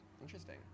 Interesting